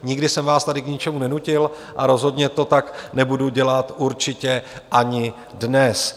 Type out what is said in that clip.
Nikdy jsem vás tady k ničemu nenutil a rozhodně to tak nebudu dělat určitě ani dnes.